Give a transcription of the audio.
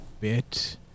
bit